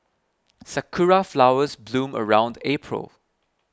sakura flowers bloom around April